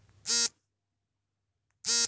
ಕೀಟಗಳು ಎಂದರೇನು? ಉದಾಹರಣೆ ಕೊಡಿ?